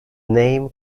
name